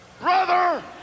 Brother